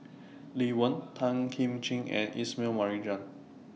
Lee Wen Tan Kim Ching and Ismail Marjan